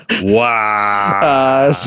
Wow